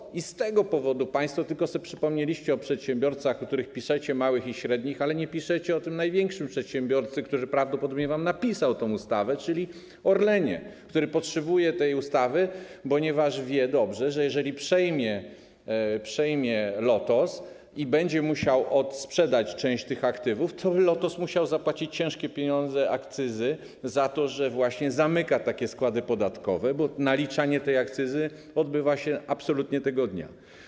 I tylko z tego powodu państwo przypomnieliście sobie o przedsiębiorcach, o których piszecie, małych i średnich, ale nie piszecie o tym największym przedsiębiorcy, który prawdopodobnie wam napisał tę ustawę, czyli o Orlenie, który potrzebuje tej ustawy, ponieważ dobrze wie, że jeżeli przejmie Lotos i będzie musiał odsprzedać część tych aktywów, to Lotos musiałby zapłacić ciężkie pieniądze, akcyzę, za to, że zamyka takie składy podatkowe, bo naliczanie tej akcyzy odbywa się absolutnie tego dnia.